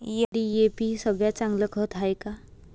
DAP सगळ्यात चांगलं खत हाये का?